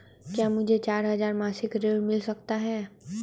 क्या मुझे चार हजार मासिक ऋण मिल सकता है?